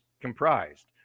comprised